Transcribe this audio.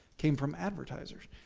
came from advertisers.